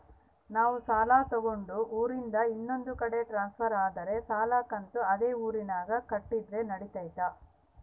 ನಾವು ಸಾಲ ತಗೊಂಡು ಊರಿಂದ ಇನ್ನೊಂದು ಕಡೆ ಟ್ರಾನ್ಸ್ಫರ್ ಆದರೆ ಸಾಲ ಕಂತು ಅದೇ ಊರಿನಾಗ ಕಟ್ಟಿದ್ರ ನಡಿತೈತಿ?